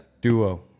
Duo